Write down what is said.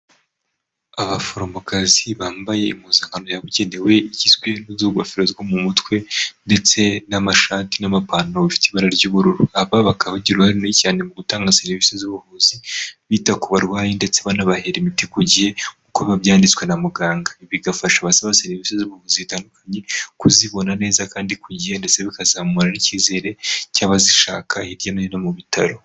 Abaforomokazi bambaye impuzankano yabugenewe igizwe n’izo ngofero zo mu mutwe ndetse n'amashati n'amapantaro bifite ibara ry'ubururu, aba bakaba bagira uruhare cyane mu gutanga serivisi z'ubuvuzi bita ku barwayi ndetse banabahera imiti ku gihe uko biba byanditswe na muganga, ibi bigafasha abasaba serivisi z'ubuvuzi zitandukanye kuzibona neza kandi ku gihe ndetse bikazamura n'icyizere cy'abazishaka hirya no hino mu bitaro.